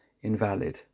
invalid